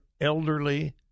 elderly